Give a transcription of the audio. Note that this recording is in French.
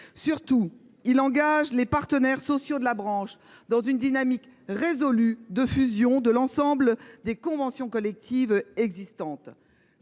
Surtout, il engage les partenaires sociaux de la branche dans une dynamique résolue de fusion de l’ensemble des conventions collectives existantes.